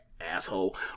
asshole